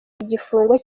igifungo